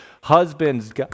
Husbands